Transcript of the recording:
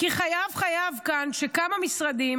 כי חייב להיות כאן שכמה משרדים,